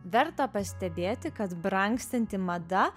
verta pastebėti kad brangstanti mada